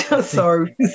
Sorry